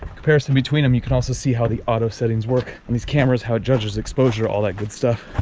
comparison between them, you can also see how the auto settings work on these cameras, how it judges exposure, all that good stuff.